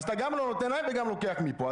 אז אתה גם לא נותן להם, וגם לוקח מפה.